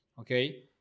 Okay